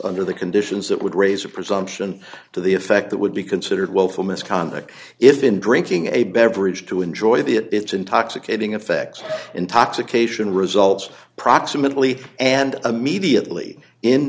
under the conditions that would raise a presumption to the effect that would be considered willful misconduct if in drinking a beverage to enjoy the it's intoxicating effects of intoxication results proximately and immediately in